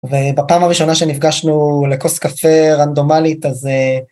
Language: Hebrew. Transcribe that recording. ובפעם הראשונה שנפגשנו לכוס קפה רנדומלית אז